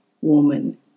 woman